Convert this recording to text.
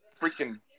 freaking